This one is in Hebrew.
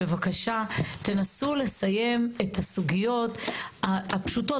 בבקשה תנסו לסיים את הסוגיות הפשוטות,